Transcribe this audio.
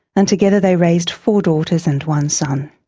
and together they raised four daughters and one son.